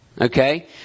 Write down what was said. Okay